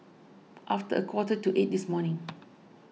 after a quarter to eight this morning